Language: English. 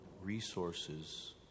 resources